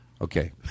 Okay